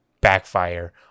backfire